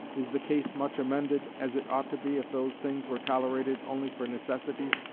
is the case much amended, as it ought to be if those things were tolerated only for necessity?